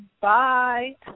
Bye